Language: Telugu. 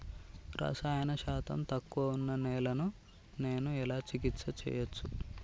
రసాయన శాతం తక్కువ ఉన్న నేలను నేను ఎలా చికిత్స చేయచ్చు?